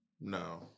No